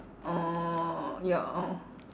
orh ya orh